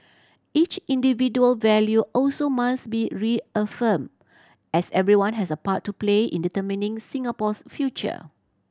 each individual value also must be reaffirmed as everyone has a part to play in determining Singapore's future